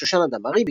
שושנה דמארי,